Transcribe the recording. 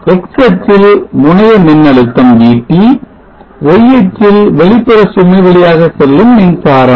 x அச்சில் முனைய மின்னழுத்தம் VT y அச்சில் வெளிப்புற சுமை வழியாக செல்லும் மின்சாரம்